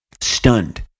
stunned